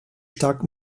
stark